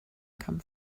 come